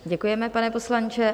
Děkujeme, pane poslanče.